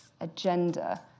agenda